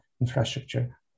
infrastructure